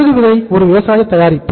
கடுகு விதை ஒரு விவசாய தயாரிப்பு